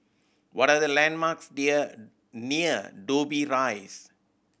what are the landmarks near near Dobbie Rise